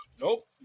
Nope